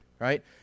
right